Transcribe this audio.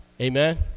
Amen